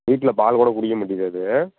வீட்டில பால் கூட குடிக்க மாட்டிக்கிது அது